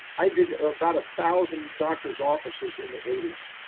i did about a thousand doctors offices in the eighties.